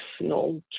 no